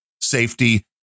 safety